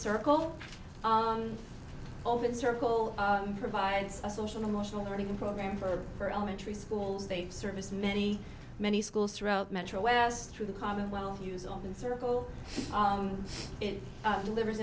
circle open circle provides a social emotional learning program for for elementary schools they serve as many many schools throughout metro west through the commonwealth use open circle it delivers